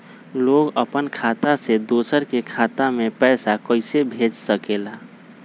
लोग अपन खाता से दोसर के खाता में पैसा कइसे भेज सकेला?